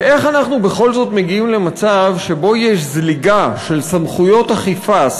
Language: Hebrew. ואיך אנחנו בכל זאת מגיעים למצב שבו יש זליגה של סמכויות אכיפה,